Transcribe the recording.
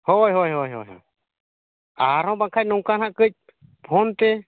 ᱦᱳᱭ ᱦᱳᱭ ᱦᱳᱭ ᱟᱨᱦᱚᱸ ᱵᱟᱠᱷᱟᱱ ᱱᱚᱝᱠᱟ ᱦᱟᱸᱜ ᱠᱟᱹᱡ ᱯᱷᱳᱱ ᱛᱮ